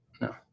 No